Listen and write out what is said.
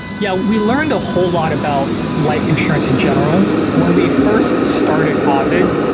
yeah. we learned a whole lot about life insurance in general. when we first started ah ovid,